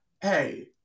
Hey